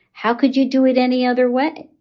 how could you do it any other way?